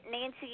Nancy